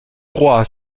roi